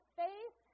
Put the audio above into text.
faith